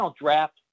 draft